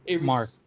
Mark